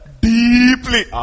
deeply